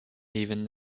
even